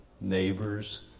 neighbors